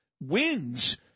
wins